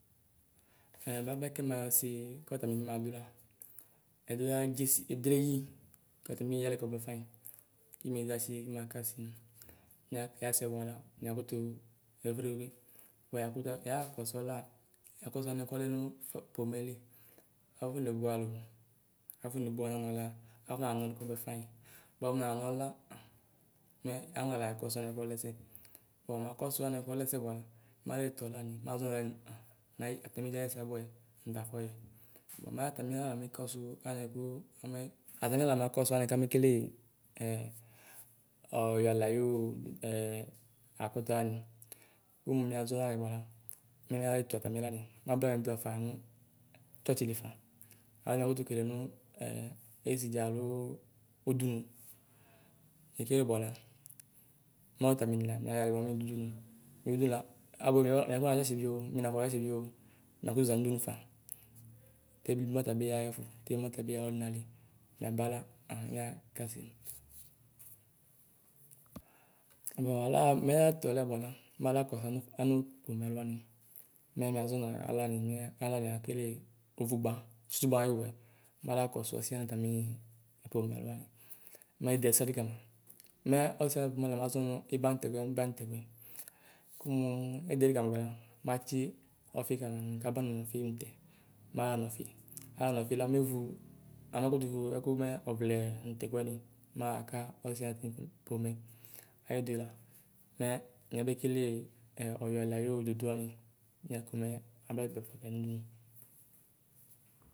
Ɛɛ bapɛ kɛmayɔsi kɔtamini kimadu la ɛdu lee dzesi ɛdu leyii, kɔtanii mieyalɛ kɔbuɛ ƒaŋyi, kumezɛti kima kaseŋ. Miakaseŋ la miakutu ʒɛ fuedigbo. yakutu yaa kɔsuɔ la yakɔsu alɛnɛ kɔlɛ nu fa pomɛli: afonewlealu, afonebuayanɔlɔ, afɔna nɔ lu kɔbuɛ faŋyi, buamu nananɔlu la maɣla akɔsu alɛ kolɛsɛ. Mualɛ kolɛsɛ la maletuɔlani maʒɔɛ nu aŋh atamiwi ayɛsɛ abʋɛ yɛ nutafɔyɔ mɛ atamija makɔsu atamiɣla la ma kɔsu alɛnɛ kame kele ɛ ɔɔyɔ alɛ ayu u ɛɛ akɔtaani. kumu miazɔ yalɛ la mɛ leetu atamilani mablamidu ɣafanu tsɔtsilifaa. alo miakutu kele nuu ɛ esidʒa aloo udunu faa. Tɛmi mɔtabiyaɣayefu, tɛmi mɔtabi yaɣɔlunali. miaba la aŋh mɛ miakasem. mulaa mualetʋɔ la buala, malaa kɔsu anu anupomɛalʋani mɛ mia ʒɔnalani mɛ alani ekele wugbaŋ tsutsugbaŋ ayuwe malaakɔsuɔsiɛ atami pomɛ aluani, mɛ edeɛsɛli Kama. Mɛ ɔsiɛ ayu promɛ lamaʒɔnu ibaŋtɛkuɛ, kumuu edeayili kamɛ buala matsi ɔfika nu kaba nu ɔfi mutɛ; maɣa nɔfi, aɣanɔfi la mewu, amabewu ɛkumɛ, ɔvlɛɛ nu tɛkuɛni maaka ɔsiɛ atiti pomɛ Ayide la mɛ miabe kelee ɛ ɔyalɛ ayo dodoani mɛ komɛ abatatu kuɛ nudunu.